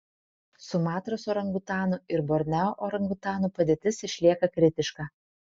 sumatros orangutanų ir borneo orangutanų padėtis išlieka kritiška